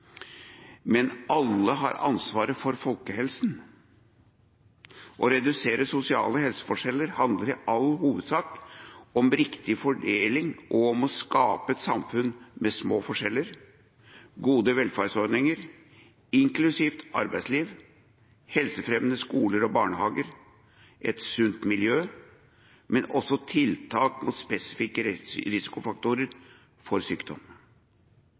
Men alle har ansvar for folkehelsa. Å redusere sosiale helseforskjeller handler i all hovedsak om riktig fordeling og om å skape et samfunn med små forskjeller, gode velferdsordninger, inkluderende arbeidsliv, helsefremmende skoler og barnehager, et sunt miljø, men også tiltak mot spesifikke risikofaktorer for sykdom.